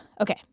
Okay